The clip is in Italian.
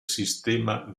sistema